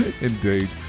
Indeed